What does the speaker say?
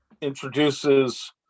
introduces